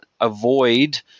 avoid